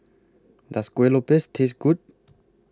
Does Kueh Lopes Taste Good